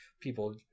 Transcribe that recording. people